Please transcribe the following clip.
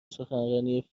سخنرانی